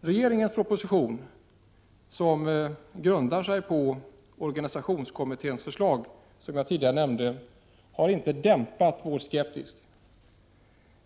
Regeringens proposition, som grundar sig på organisationskommitténs förslag, som jag tidigare nämnde, har inte dämpat vår skepsis.